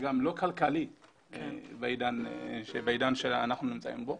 זה גם לא כלכלי בעידן בו אנחנו נמצאים.